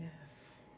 Yes